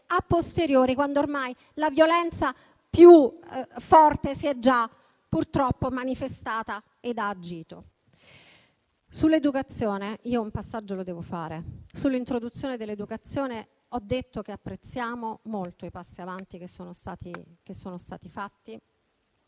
*a posteriori*, quando ormai la violenza più forte purtroppo si è già manifestata ed ha agito. Sull'educazione un passaggio devo farlo. Sull'introduzione dell'educazione ho detto che apprezziamo molto i passi avanti che sono stati fatti,